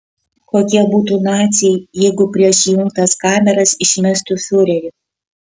kokie būtų naciai jeigu prieš įjungtas kameras išmestų fiurerį